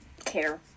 care